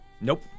Nope